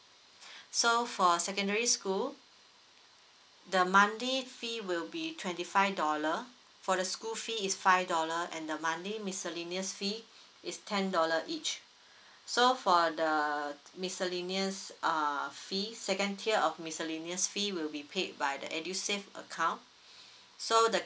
so for a secondary school the monthly fee will be twenty five dollar for the school fee is five dollar and the monthly miscellaneous fee is ten dollar each so for the miscellaneous err fees second tier of miscellaneous fee will be paid by the edusave account so the